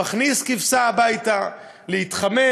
מכניס כבשה הביתה להתחמם.